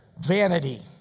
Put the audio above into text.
vanity